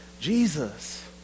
Jesus